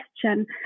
question